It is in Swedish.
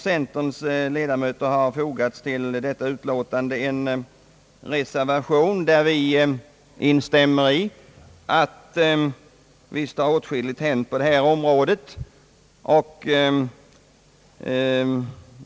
Centerns ledamöter har till utlåtandet fogat en reservation. Vi reservanter instämmer i att det har hänt åtskilligt på det här området.